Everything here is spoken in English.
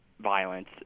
violence